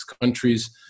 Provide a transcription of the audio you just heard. countries